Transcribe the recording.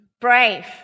Brave